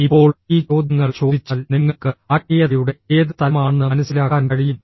ഇപ്പോൾ ഈ ചോദ്യങ്ങൾ ചോദിച്ചാൽ നിങ്ങൾക്ക് ആത്മീയതയുടെ ഏത് തലമാണെന്ന് മനസ്സിലാക്കാൻ കഴിയും